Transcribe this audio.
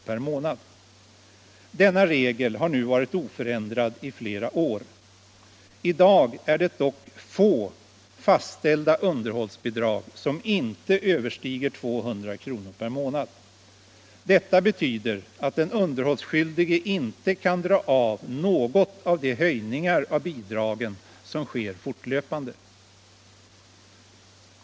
per månad. Denna regel har nu varit oförändrad i flera år. I dag är det dock få fastställda underhållsbidrag som inte överstiger 200 kr. per månad. Detta betyder att den underhållsskyldige inte kan dra av något av de höjningar av bidragen som sker fortlöpande.